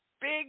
big